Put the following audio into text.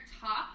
top